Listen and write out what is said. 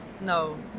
no